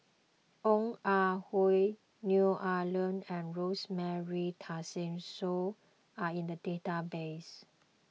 Ong Ah Hoi Neo Ah Luan and Rosemary Tessensohn are in the database